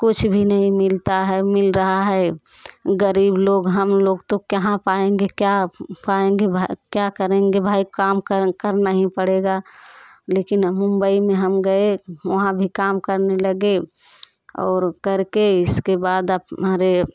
कुछ भी नहीं मिलता है मिल रहा है गरीब लोग हम लोग तो कहाँ पाएँगे क्या पाएँगे क्या करेंगे भाई काम करना ही पड़ेगा लेकिन मुंबई में हम गए वहाँ भी काम करने लगे और करके इसके बाद आप हमारे